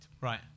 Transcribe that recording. Right